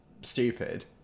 stupid